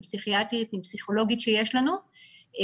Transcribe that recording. עם פסיכיאטרית או פסיכולוגית שיש לנו ונותנים